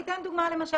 אני אתן דוגמה על הדולה.